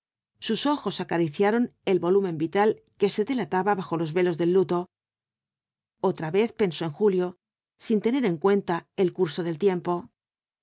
sus ojos acariciaron el volumen vital que se delataba bajo los velos del luto otra vez pensó en julio sin tener en cuenta el curso del tiempo